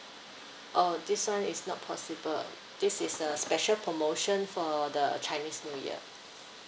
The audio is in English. oh this [one] is not possible this is a special promotion for the chinese new year